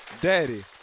Daddy